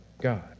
God